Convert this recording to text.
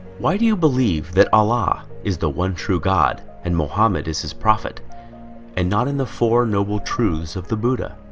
why do you believe that allah is the one true god and muhammad is his prophet and not in the four noble truths of the buddha